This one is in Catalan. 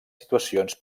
situacions